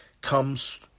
comes